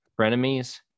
frenemies